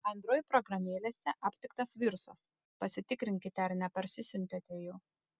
android programėlėse aptiktas virusas pasitikrinkite ar neparsisiuntėte jo